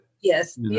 Yes